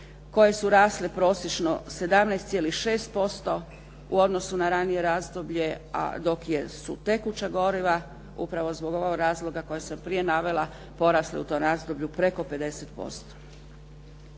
koje su rasle prosječno 17,6% u odnosu na ranije razdoblje, a dok su tekuća goriva upravo zbog ovog razloga koje sam prije navela porasle u tom razdoblju preko 50%.